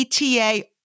ETA